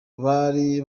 bari